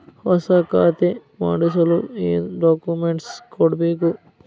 ಹೊಸ ಖಾತೆ ಮಾಡಿಸಲು ಏನು ಡಾಕುಮೆಂಟ್ಸ್ ಕೊಡಬೇಕು?